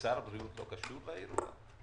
שר הבריאות לא קשור באירוע?